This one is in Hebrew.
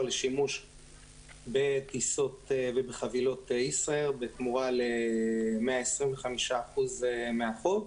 לשימוש בטיסות ובחבילות ישראייר בתמורה ל-125% מהחוב.